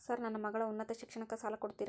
Sir ನನ್ನ ಮಗಳ ಉನ್ನತ ಶಿಕ್ಷಣಕ್ಕೆ ಸಾಲ ಕೊಡುತ್ತೇರಾ?